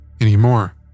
anymore